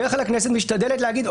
בדרך כלל הכנסת משתדלת להגיד,